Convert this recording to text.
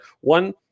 one